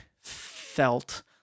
felt